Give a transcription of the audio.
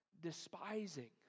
Despising